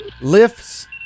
lifts